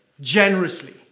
generously